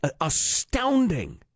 astounding